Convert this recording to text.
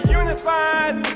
unified